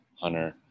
Hunter